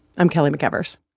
i'm kelly mcevers